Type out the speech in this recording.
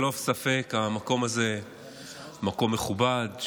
ללא ספק המקום הזה מקום מכובד,